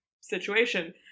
situation